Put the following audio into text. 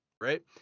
right